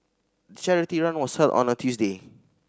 the charity run was held on a Tuesday